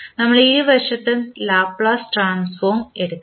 നമ്മൾ ഇരുവശത്തും Laplace transform എടുക്കണം